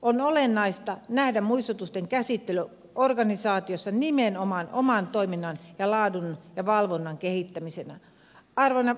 on olennaista nähdä muistutusten käsittely organisaatiossa nimenomaan oman toiminnan ja laadun ja valvonnan kehittämisenä